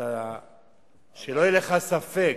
שלא יהיה לך ספק,